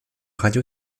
radio